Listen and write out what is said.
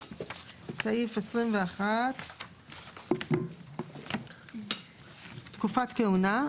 21. תקופת כהונה.